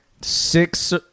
six